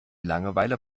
langeweile